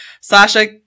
Sasha